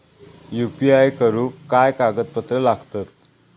UPI करुक काय कागदपत्रा लागतत?